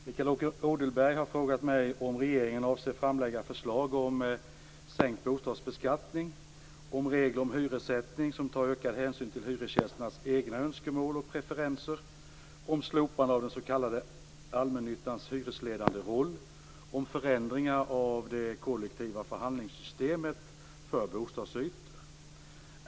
Fru talman! Mikael Odenberg har frågat mig om regeringen avser att framlägga förslag om sänkt bostadsbeskattning, om regler om hyressättning som tar ökad hänsyn till hyresgästernas egna önskemål och preferenser, om slopande av den s.k. allmännyttans hyresledande roll och om förändringar av det kollektiva förhandlingssystemet för bostadsytor.